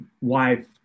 wife